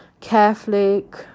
Catholic